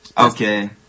Okay